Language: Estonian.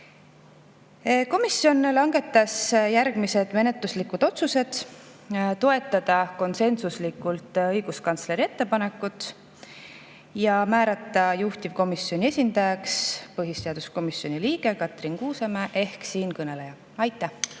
Komisjon langetas järgmised menetluslikud otsused: toetada konsensuslikult õiguskantsleri ettepanekut ja määrata juhtivkomisjoni esindajaks põhiseaduskomisjoni liige Katrin Kuusemäe ehk siinkõneleja. Aitäh!